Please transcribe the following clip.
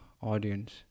audience